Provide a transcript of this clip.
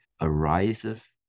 arises